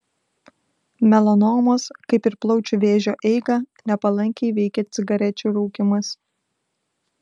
melanomos kaip ir plaučių vėžio eigą nepalankiai veikia cigarečių rūkymas